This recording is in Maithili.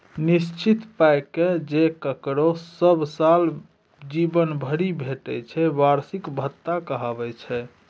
निश्चित पाइ जे ककरो सब साल जीबन भरि भेटय छै बार्षिक भत्ता कहाबै छै